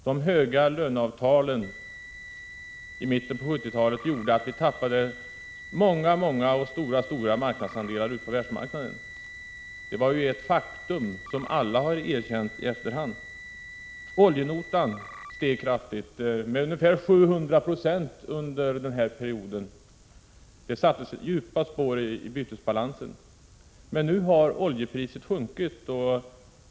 De höga löneavtalen i mitten av 70-talet gjorde att vi tappade många stora marknadsandelar ute på världsmarknaden. Det var ett faktum som alla i efterhand har erkänt. Oljenotan steg kraftigt med ungefär 700 26 under denna period. Det satte djupa spår i bytesbalansen. Nu har emellertid oljepriset sjunkit.